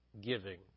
giving